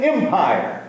Empire